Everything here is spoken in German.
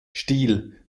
stil